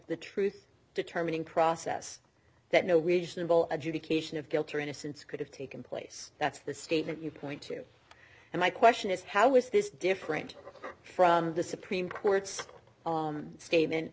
the truth determining process that no region of all adjudication of guilt or innocence could have taken place that's the statement you point to and my question is how is this different from the supreme court's statement